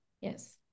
Yes